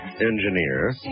engineer